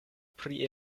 pri